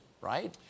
right